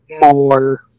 more